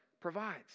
provides